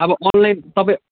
अब अनलाइन तपाईँ